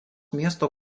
miesto